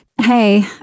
Hey